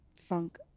funk